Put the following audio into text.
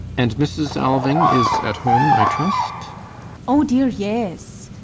and mrs. alving is at home, i trust oh dear, yes.